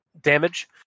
damage